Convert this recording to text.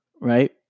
right